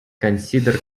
consider